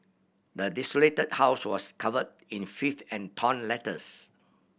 the desolated house was covered in filth and torn letters